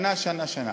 שנה שנה שנה.